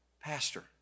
Pastor